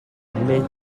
minute